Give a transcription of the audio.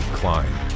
climb